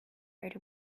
rode